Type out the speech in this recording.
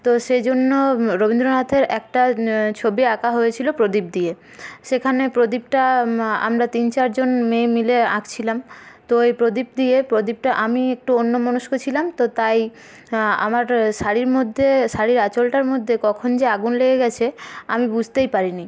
তো সেই জন্য রবীন্দ্রনাথের একটা ছবি আঁকা হয়েছিল প্রদীপ দিয়ে সেখানে প্রদীপটা আমরা তিন চারজন মেয়ে মিলে আঁকছিলাম তো এই প্রদীপ দিয়ে প্রদীপটা আমি একটু অন্যমনস্ক ছিলাম তো তাই আমার শাড়ির মধ্যে শাড়ির আঁচলটার মধ্যে কখন যে আগুন লেগে গিয়েছে আমি বুঝতেই পারিনি